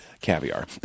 Caviar